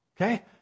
Okay